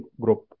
group